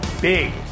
big